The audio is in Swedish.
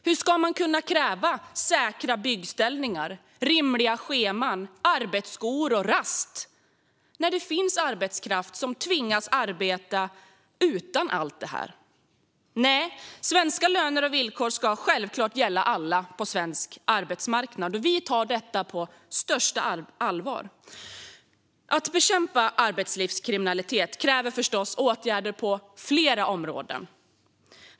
Hur ska man kunna kräva säkra byggställningar, rimliga scheman, arbetsskor och rast när det finns arbetskraft som tvingas arbeta utan allt detta? Nej, svenska löner och villkor ska självklart gälla alla på svensk arbetsmarknad! Vi tar detta på största allvar. Stärkt system för samordningsnummer Att bekämpa arbetslivskriminaliteten kräver förstås åtgärder på flera områden.